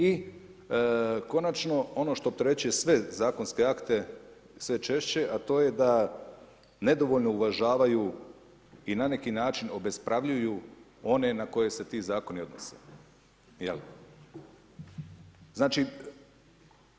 I konačno, ono što opterećuje sve zakonske akte sve češće a to je da nedovoljno uvažavaju i na neki način obespravljuju one na koje se ti zakoni odnose, jel.